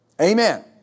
Amen